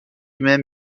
même